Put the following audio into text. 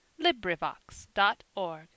LibriVox.org